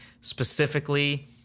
specifically